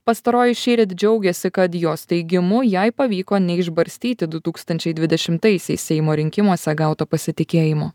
pastaroji šįryt džiaugėsi kad jos teigimu jai pavyko neišbarstyti du tūkstančiai dvidešimtaisiais seimo rinkimuose gauto pasitikėjimo